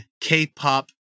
k-pop